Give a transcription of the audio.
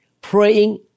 praying